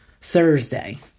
Thursday